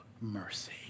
mercy